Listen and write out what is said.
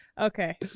Okay